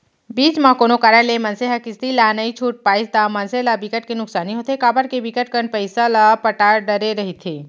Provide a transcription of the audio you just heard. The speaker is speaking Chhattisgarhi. बीच म कोनो कारन ले मनसे ह किस्ती ला नइ छूट पाइस ता मनसे ल बिकट के नुकसानी होथे काबर के बिकट कन पइसा ल पटा डरे रहिथे